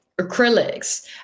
acrylics